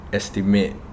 estimate